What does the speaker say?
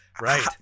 right